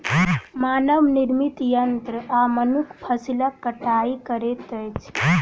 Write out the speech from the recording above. मानव निर्मित यंत्र आ मनुख फसिलक कटाई करैत अछि